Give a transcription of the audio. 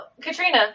Katrina